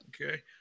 Okay